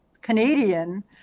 Canadian